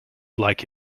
like